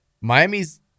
Miami's